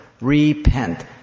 repent